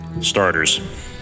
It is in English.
Starters